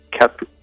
kept